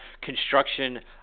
construction